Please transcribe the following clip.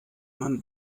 man